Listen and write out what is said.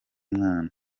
mwana